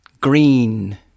Green